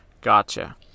Gotcha